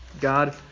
God